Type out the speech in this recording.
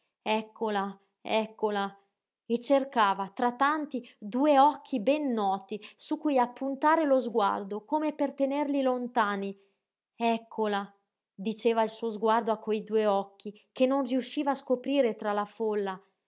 eccola eccola e cercava tra tanti due occhi ben noti su cui appuntare lo sguardo come per tenerli lontani eccola diceva il suo sguardo a quei due occhi che non riusciva a scoprire tra la folla